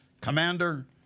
Commander